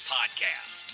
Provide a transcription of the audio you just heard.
Podcast